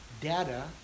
data